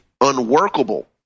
unworkable